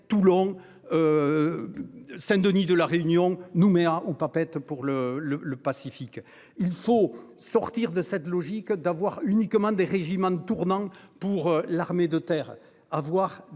Toulon. Saint-Denis de La Réunion Nouméa ou Papeete pour le le le Pacifique. Il faut sortir de cette logique d'avoir uniquement des régiments de tournant pour l'armée de terre à voir des